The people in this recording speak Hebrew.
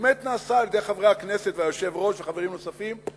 הוא באמת נעשה על-ידי חברי הכנסת והיושב-ראש וחברים נוספים,